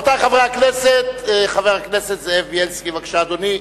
חבר הכנסת זאב בילסקי, בבקשה, אדוני.